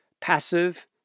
passive